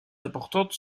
importantes